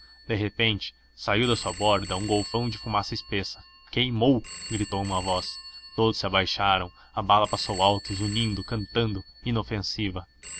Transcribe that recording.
de repente saiu de sua borda um golfão de fumaça espessa queimou gritou uma voz todos se abaixaram a bala passou alto zunindo cantando inofensiva